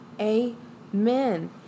Amen